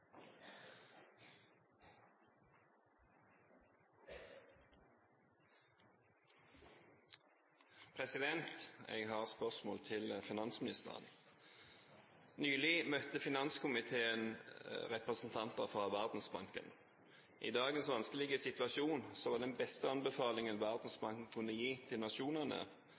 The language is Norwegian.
hovedspørsmål. Jeg har et spørsmål til finansministeren. Nylig møtte finanskomiteen representanter fra Verdensbanken. I dagens vanskelige situasjon var den beste anbefalingen Verdensbanken kunne gi til nasjonene,